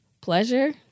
pleasure